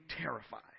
terrified